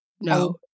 No